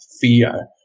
fear